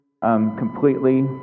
completely